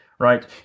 Right